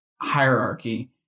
hierarchy